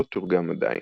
לא תורגם עדיין.